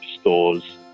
stores